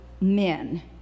men